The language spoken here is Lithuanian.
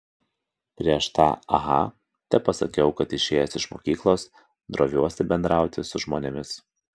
prieš tą aha tepasakiau kad išėjęs iš mokyklos droviuosi bendrauti su žmonėmis